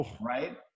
Right